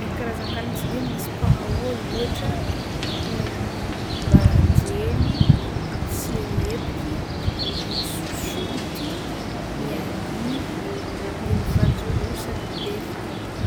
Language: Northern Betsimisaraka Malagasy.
Ny karazan-kagniny tsy de misy mpana ôlo ôhatra karazany ery baranjely, ny tsirebiky, ny sosoty, ny angivy de ny voanjobory sady be fady be.